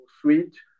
switch